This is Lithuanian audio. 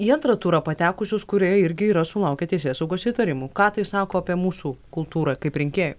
į antrą turą patekusius kurie irgi yra sulaukę teisėsaugos įtarimų ką tai sako apie mūsų kultūrą kaip rinkėjų